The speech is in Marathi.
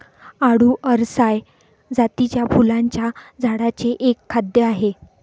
आळु अरसाय जातीच्या फुलांच्या झाडांचे एक खाद्य आहे